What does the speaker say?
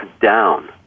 down